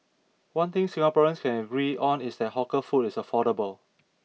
one thing Singaporeans can agree on is that hawker food is affordable